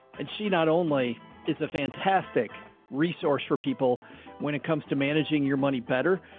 and she not only is a fantastic resource for people when it comes to managing your money better.